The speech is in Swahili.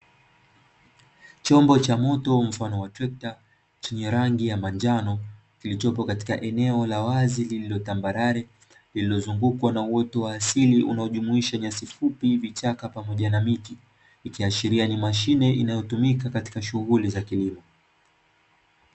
Chombo cha moto mfano wa trekta chenye rangi ya manjano kilichopo katika eneo la wazi lililotambalale, lililozungukwa na uoto wa asili unaojumuisha nyasi fupi, vichaka pamoja na miti ikiashiria ni mashine inayotumika katika shughuli za kilimo.